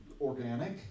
organic